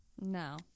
No